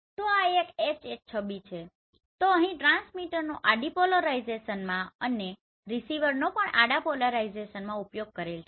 તો આ એક HH છબી છે તો અહીં ટ્રાન્સમીટરનો આડી પોલરાઇઝેશનમાં અને રીસીવરનો પણ આડા પોલરાઇઝેશનમાં ઉપયોગ કરેલ છે